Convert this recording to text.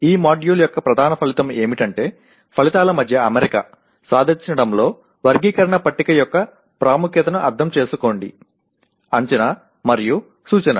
ఈ మాడ్యూల్ యొక్క ప్రధాన ఫలితం ఏమిటంటే ఫలితాల మధ్య అమరిక సాధించడంలో వర్గీకరణ పట్టిక యొక్క ప్రాముఖ్యతను అర్థం చేసుకోండి అంచనా మరియు సూచన